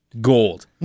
Gold